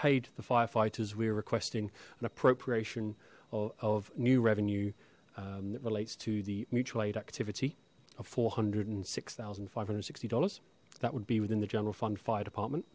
paid the firefighters we're requesting an appropriation of new revenue that relates to the mutual aid activity of four hundred and six thousand five hundred sixty dollars that would be within the general fund fire department